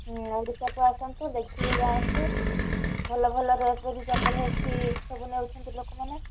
ଓଡ଼ିଶାକୁ ଆସନ୍ତୁ ଦେଖିକି ଯାଆନ୍ତୁ ଭଲ ଭଲ ରେଟରେ ବି ଚପଲ ଏଠି ସବୁ ନେଉଛନ୍ତି ଲୋକମାନେ